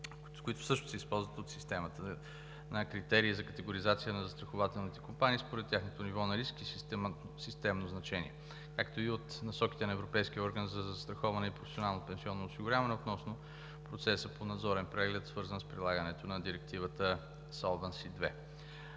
които също се използват от Системата на критериите за категоризация на застрахователните компании според тяхното ниво на риск и систематично значение, както и от Насоките на Европейския орган за застраховане и професионално пенсионно осигуряване относно процеса на надзорен преглед, свързан с прилагането на Директивата „Solvency